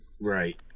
Right